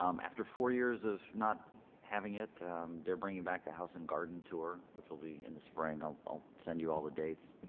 um after four years of not having it they're bringing back the house and garden tour which will be in the spring i'll send you all the dates.